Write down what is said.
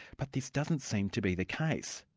but this doesn't seem to be the case,